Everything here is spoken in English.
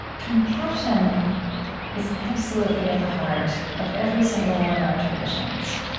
compassion is absolutely at the heart of every single one of our traditions.